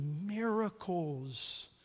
miracles